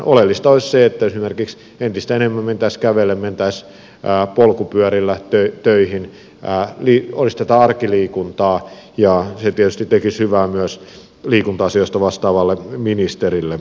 oleellista olisi se että esimerkiksi entistä enemmän mentäisiin kävellen mentäisiin polkupyörillä töihin olisi tätä arkiliikuntaa ja se tietysti tekisi hyvää myös liikunta asioista vastaavalle ministerille